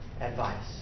advice